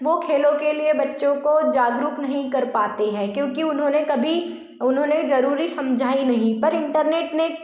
वह खेलों के लिए बच्चों को जागरूक नहीं कर पाते हैं क्योंकि उन्होंने कभी उन्होंने ज़रूरी समझा ही नहीं पर इंटरनेट ने